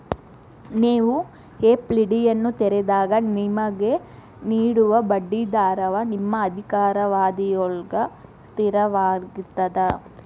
ನೇವು ಎ.ಫ್ಡಿಯನ್ನು ತೆರೆದಾಗ ನಿಮಗೆ ನೇಡುವ ಬಡ್ಡಿ ದರವ ನಿಮ್ಮ ಅಧಿಕಾರಾವಧಿಯೊಳ್ಗ ಸ್ಥಿರವಾಗಿರ್ತದ